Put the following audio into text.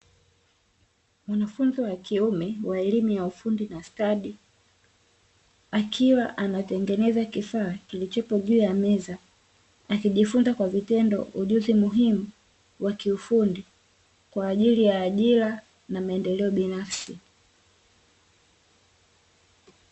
Mwanafunzi wa kiume wa elimu ya ufundi na stadi, akiwa anatengenza kifaa kilichopo juu ya meza. Akijifunza kwa vitendo ujuzi muhimu wa kiufundi kwa ajili ya ajira na maendeleo binafsi.